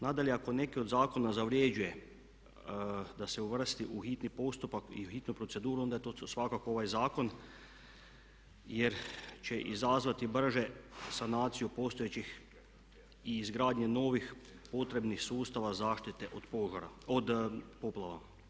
Nadalje, ako neki od zakona zavređuje da se uvrsti u hitni postupak i u hitnu proceduru onda je to svakako ovaj zakon jer će izazvati brže sanaciju postojećih i izgradnju novih potrebnih sustava zaštite od poplava.